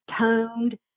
toned